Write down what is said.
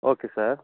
okay sir